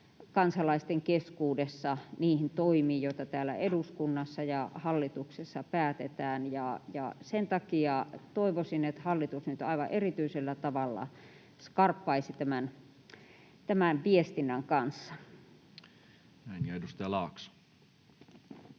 kansalaisten keskuudessa niihin toimiin, joita täällä eduskunnassa ja hallituksessa päätetään, ja sen takia toivoisin, että hallitus nyt aivan erityisellä tavalla skarppaisi tämän viestinnän kanssa. Edustaja Laakso.